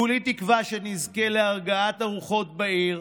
כולי תקווה שנזכה להרגעת הרוחות בעיר,